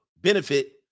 benefit